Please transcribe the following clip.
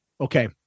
Okay